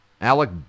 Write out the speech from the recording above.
Alec